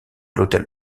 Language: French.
hôtel